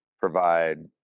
provide